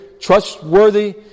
trustworthy